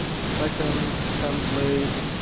second template,